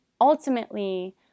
ultimately